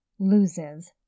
loses